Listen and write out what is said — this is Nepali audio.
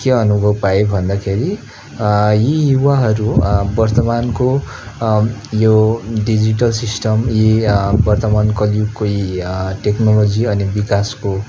के अनुभव पाएँ भन्दाखेरि यी युवाहरू वर्तमानको यो डिजिटल सिस्टम यी वर्तमान कलियुगको यी टेक्नोलोजी अनि विकासको